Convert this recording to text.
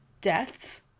deaths